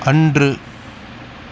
அன்று